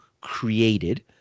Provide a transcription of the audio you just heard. created